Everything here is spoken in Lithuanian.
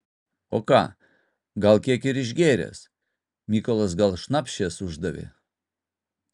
o ką gal kiek ir išgėręs mykolas gal šnapšės uždavė